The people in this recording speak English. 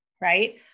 right